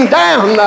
down